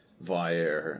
...via